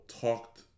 talked